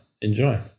enjoy